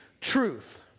truth